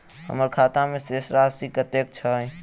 हम्मर खाता मे शेष राशि कतेक छैय?